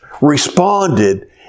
responded